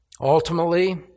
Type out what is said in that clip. Ultimately